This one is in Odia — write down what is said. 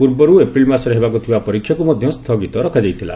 ପୂର୍ବରୁ ଏପ୍ରିଲ୍ ମାସରେ ହେବାକୁ ଥିବା ପରୀକ୍ଷାକୁ ମଧ୍ୟ ସ୍ଥୁଗିତ ରଖାଯାଇଥିଲା